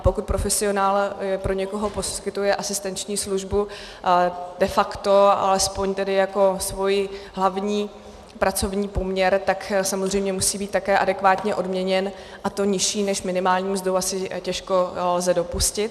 A pokud profesionál pro někoho poskytuje asistenční službu, de facto alespoň tedy jako svůj hlavní pracovní poměr, tak samozřejmě musí být také adekvátně odměněn, a to nižší než minimální mzdou asi těžko lze dopustit.